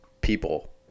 people